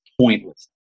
pointless